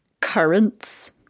currents